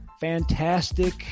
Fantastic